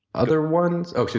other ones oh,